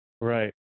Right